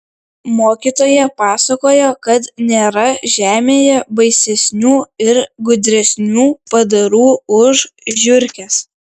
mokytoja pasakojo kad nėra žemėje baisesnių ir gudresnių padarų už žiurkes